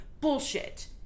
Bullshit